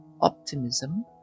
optimism